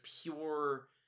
pure